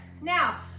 Now